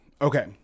Okay